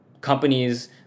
companies